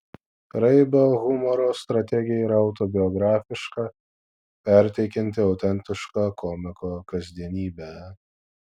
raibio humoro strategija yra autobiografiška perteikianti autentišką komiko kasdienybę